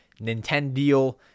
Nintendo